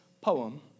poem